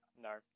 No